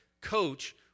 coach